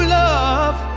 love